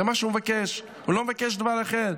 זה מה שהוא מבקש, הוא לא מבקש דבר אחר.